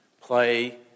play